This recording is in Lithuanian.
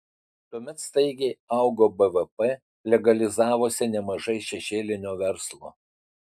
tuomet staigiai augo bvp legalizavosi nemažai šešėlinio verslo